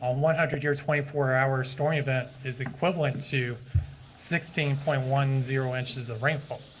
um one hundred years twenty four hour story. that is equivalent to sixteen point one zero inches of rainfall.